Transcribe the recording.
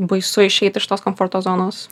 baisu išeit iš tos komforto zonos